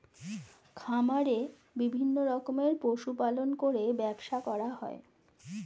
খামারে বিভিন্ন রকমের পশু পালন করে ব্যবসা করা হয়